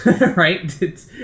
right